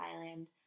Thailand